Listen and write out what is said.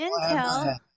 Intel